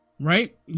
Right